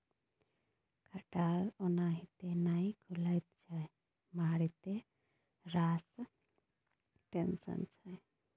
खटाल ओनाहिते नहि खुलैत छै मारिते रास टेंशन छै